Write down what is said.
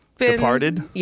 departed